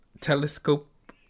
telescope